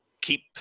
keep